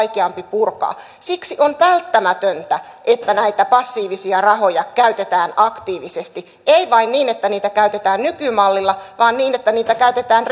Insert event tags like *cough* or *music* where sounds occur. vaikeampi purkaa siksi on välttämätöntä että näitä passiivisia rahoja käytetään aktiivisesti ei vain niin että niitä käytetään nykymallilla vaan niin että niitä käytetään *unintelligible*